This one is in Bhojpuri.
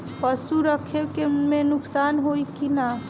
पशु रखे मे नुकसान होला कि न?